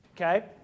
okay